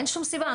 אין שום סיבה.